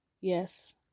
Yes